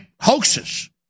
hoaxes